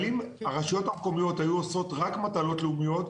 אבל אם הרשויות המקומיות היו עושות רק מטלות לאומיות,